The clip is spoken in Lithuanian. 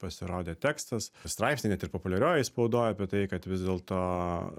pasirodė tekstas straipsniai net ir populiariojoj spaudoj apie tai kad vis dėlto